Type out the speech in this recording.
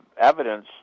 evidence